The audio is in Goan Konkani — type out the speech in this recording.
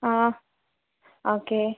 आ ऑके